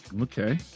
Okay